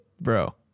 Bro